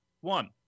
One